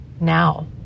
now